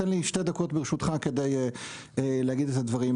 תן לי שתי דקות ברשותך כדי להגיד את הדברים.